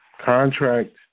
Contract